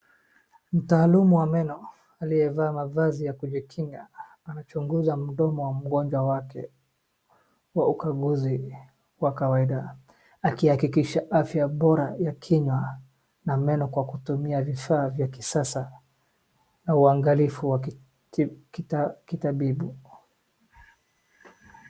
Mtaalamu wa meno aliyevaa mavazi ya kujikinga anachunguza mdomo wa mgonjwa wake kwa ukaguzi wa kawaida. Akihakikisha afya bora ya kinywa na meno kwa kutumia kifaa cha kisasa na uangalifu wa kitabibu.